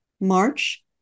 March